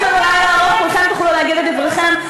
יש לנו לילה ארוך, כולכם תוכלו להגיד את דבריכם.